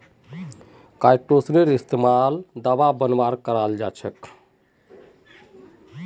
काईटोसनेर इस्तमाल दवा बनव्वार त न कराल जा छेक